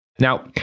Now